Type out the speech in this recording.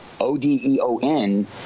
O-D-E-O-N